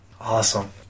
Awesome